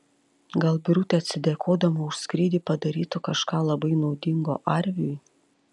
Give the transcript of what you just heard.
gal birutė atsidėkodama už skrydį padarytų kažką labai naudingo arviui